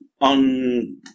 on